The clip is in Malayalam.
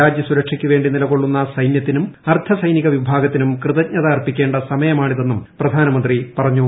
രാജ്യസുരക്ഷിയ്ക്കുവേണ്ടി നിലക്കൊള്ളുന്ന സൈന്യത്തിനും അർദ്ധസൈനിക വിഭാഗത്തിനും കൃതജ്ഞത അർപ്പിക്കേണ്ട സമയമാണിതെന്നും പ്രധാനമന്ത്രി പറഞ്ഞു